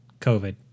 COVID